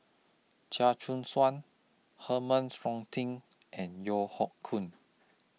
Chia Choo Suan Herman and Yeo Hoe Koon